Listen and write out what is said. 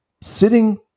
sitting